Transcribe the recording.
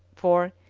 for,